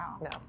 no